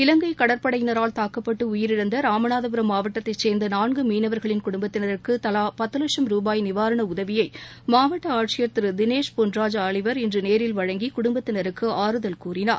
இலங்கை கடற்படையினரால் தாக்கப்பட்டு உயிரிழந்த ராமநாதபுரம் மாவட்டத்தைச் சேர்ந்த நான்கு மீனவர்களின் குடும்பத்தினருக்கு தலா பத்து லட்சம் ரூபாய் நிவாரண உதவியை மாவட்ட ஆட்சியர் திரு திளேஷ் பொன்ராஜ் ஆலிவர் இன்று நேரில் வழங்கி குடும்பத்தினருக்கு ஆறுதல் கூறினார்